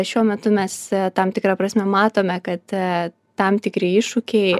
šiuo metu mes tam tikra prasme matome kad tam tikri iššūkiai